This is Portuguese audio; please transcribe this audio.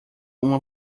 uma